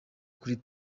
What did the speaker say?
kuri